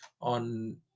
on